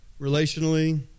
relationally